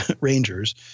Rangers